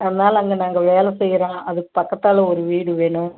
அதனால் அங்கே நாங்கள் வேலை செய்கிறோம் அதுக்குப் பக்கத்தால் ஒரு வீடு வேணும்